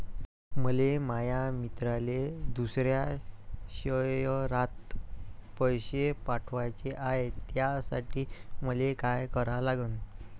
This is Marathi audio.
मले माया मित्राले दुसऱ्या शयरात पैसे पाठवाचे हाय, त्यासाठी मले का करा लागन?